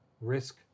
risk